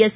S